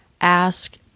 ask